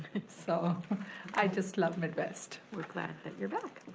so i just love midwest. we're glad that you're back.